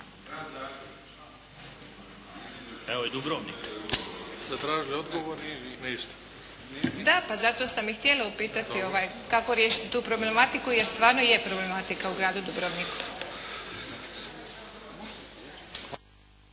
…… /Upadica: Da, pa zato sam i htjela upitati kako riješiti tu problematiku jer stvarno je problematika u gradu Dubrovniku./